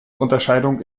unterscheidung